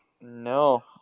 No